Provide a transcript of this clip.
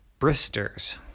bristers